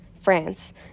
France